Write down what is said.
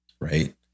right